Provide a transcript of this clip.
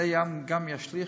זה גם ישליך,